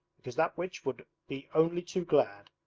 because that witch would be only too glad.